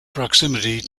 proximity